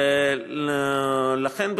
ולכן,